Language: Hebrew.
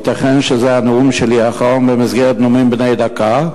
ייתכן שזה הנאום האחרון שלי במסגרת נאומים בני דקה,